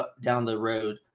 down-the-road